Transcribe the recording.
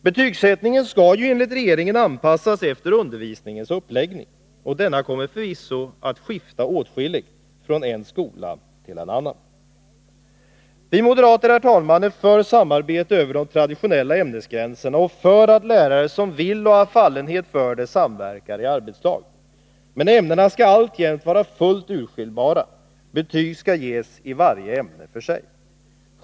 Betygsättningen skall ju enligt regeringen anpassas efter undervisningens uppläggning. Och denna kommer förvisso att skifta åtskilligt från en skola till en annan. Vi moderater, herr talman, är för samarbete över de traditionella ämnesgränserna och för att lärare som vill och har fallenhet för det samverkar i arbetslag. Men ämnena skall alltjämt vara fullt urskiljbara. Betyg skall ges i varje ämne för sig.